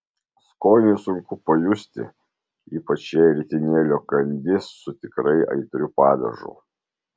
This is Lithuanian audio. skonį sunku pajusti ypač jei ritinėlio kandi su tikrai aitriu padažu